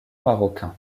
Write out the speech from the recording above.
marocain